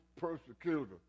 persecutor